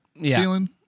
ceiling